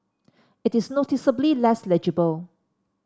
it is noticeably less legible